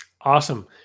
Awesome